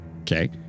Okay